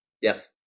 yes